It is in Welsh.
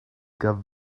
siarad